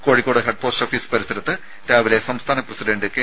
Kozhikode head post office പരിസരത്ത് രാവിലെ സംസ്ഥാന പ്രസിഡന്റ് കെ